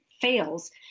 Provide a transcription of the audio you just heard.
fails